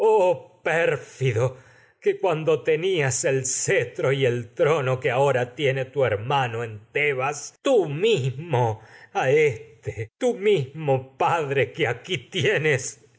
respuesta que jamás le tenias alegrará el cetro vida tú trono oh pérfido que ahora tiene tu cuando y que hermano en tebas tú mismo a este tu mismo padre que aquí tienes